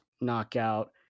knockout